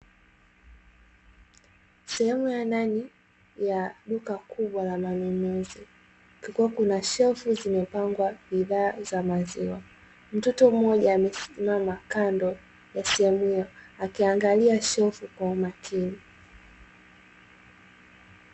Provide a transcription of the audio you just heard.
Sehemu ya ndani ya duka kubwa la manunuzi, kukiwa kuna shelfu zimepangwa bidhaa za maziwa. Mtoto mmoja amesimama kando ya sehemu hiyo, akiangalia shelfu kwa umakini.